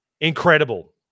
incredible